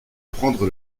prendre